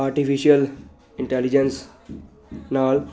artificial intelligence ਨਾਲ